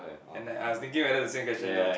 and I I was thinking whether the same question right